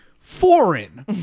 foreign